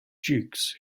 dukes